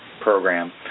Program